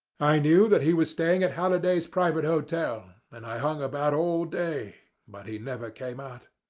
i knew that he was staying at halliday's private hotel, and i hung about all day, but he never came out.